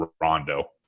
Rondo